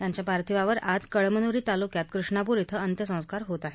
त्यांच्या पार्थिवावर आज कळमनुरी तालुक्यात कृष्णापुर इथं अंत्यसंस्कार होत आहेत